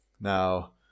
Now